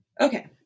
Okay